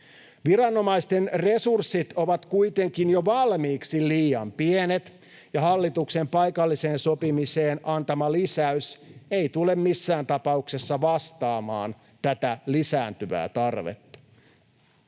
Viranomaisten resurssit ovat kuitenkin jo valmiiksi liian pienet, ja hallituksen paikalliseen sopimiseen antama lisäys ei tule missään tapauksessa vastaamaan tätä lisääntyvää tarvetta.